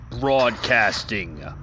Broadcasting